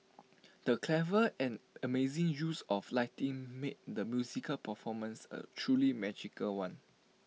the clever and amazing use of lighting made the musical performance A truly magical one